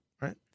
right